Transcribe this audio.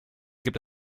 gibt